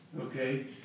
okay